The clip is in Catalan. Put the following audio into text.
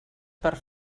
per